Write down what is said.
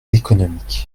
économique